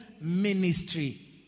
ministry